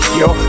yo